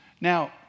Now